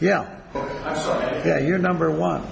yeah your number one